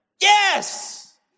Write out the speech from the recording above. Yes